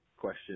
question